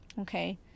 Okay